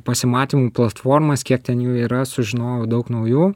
pasimatymų platformas kiek ten jų yra sužinojau daug naujų